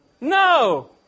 No